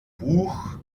buch